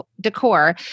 decor